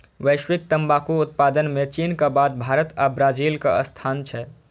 वैश्विक तंबाकू उत्पादन मे चीनक बाद भारत आ ब्राजीलक स्थान छै